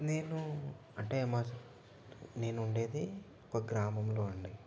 నేను అంటే మా నేను ఉండేది ఒక గ్రామంలో అండి